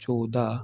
चोॾहं